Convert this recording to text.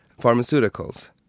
pharmaceuticals